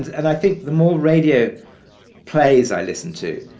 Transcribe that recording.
and i think the more radio plays i listen to,